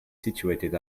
situated